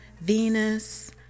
Venus